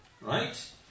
Right